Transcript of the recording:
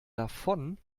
davon